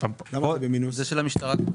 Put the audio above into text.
זה של המשטרה.